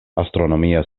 astronomia